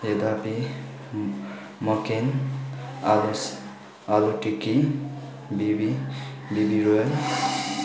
यद्यपि मकेन आलु टिक्की बिबी बिबी रोयल